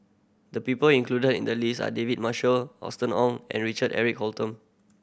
the people included in the list are David Marshall Austen Ong and Richard Eric Holttum